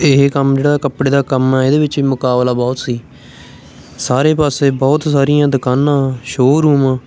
ਇਹ ਕੰਮ ਜਿਹੜਾ ਕੱਪੜੇ ਦਾ ਕੰਮ ਹੈ ਇਹਦੇ ਵਿੱਚ ਮੁਕਾਬਲਾ ਬਹੁਤ ਸੀ ਸਾਰੇ ਪਾਸੇ ਬਹੁਤ ਸਾਰੀਆਂ ਦੁਕਾਨਾਂ ਸ਼ੋਅਰੂਮ